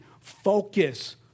Focus